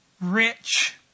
rich